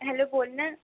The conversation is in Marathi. हॅलो बोल ना